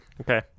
Okay